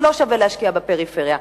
לא שווה להשקיע בפריפריה.